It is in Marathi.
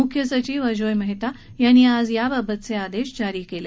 मुख्य सचिव अजोय मेहता यांनी आज याबाबतचे आदेश जारी केले